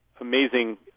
amazing